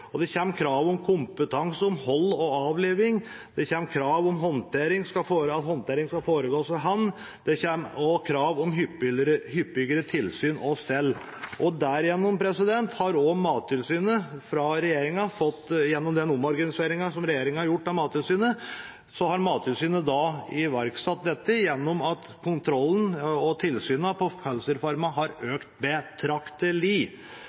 og det kommer krav om kompetanse om hold og avliving, det kommer krav om at håndtering skal foregå for hånd, og det kommer også krav om hyppigere tilsyn og stell. Regjeringen har fått gjort en omorganisering av Mattilsynet. Mattilsynet har da iverksatt at kontrollen og tilsynene ved pelsdyrfarmene har økt betraktelig. Det er vel ingen næring innen husdyrproduksjon som har så mye tilsyn og kontroll som det pelsdyrnæringen har.